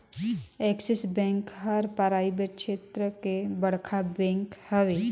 axis bank हर private छेत्र कर बड़खा बेंक हवे